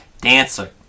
Dancer